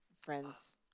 friends